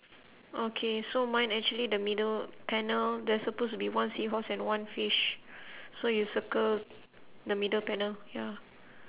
okay so mine actually the middle panel there's supposed to be one seahorse and one fish so you circle the middle panel ya